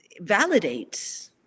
validates